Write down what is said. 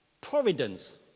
providence